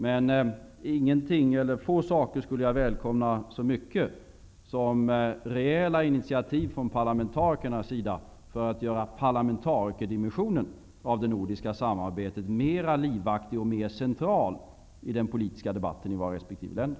Det är få saker som jag skulle välkomna så mycket som rejäla initiativ från parlamentarikerna för att göra parlamentarikerdimensionen av det nordiska samarbetet mera livaktig och central i den politiska debatten i våra resp. länder.